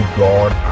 god